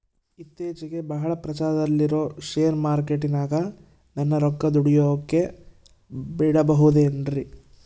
ಇತ್ತೇಚಿಗೆ ಬಹಳ ಪ್ರಚಾರದಲ್ಲಿರೋ ಶೇರ್ ಮಾರ್ಕೇಟಿನಾಗ ನನ್ನ ರೊಕ್ಕ ದುಡಿಯೋಕೆ ಬಿಡುಬಹುದೇನ್ರಿ?